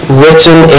written